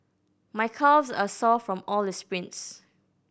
my calves are sore from all the sprints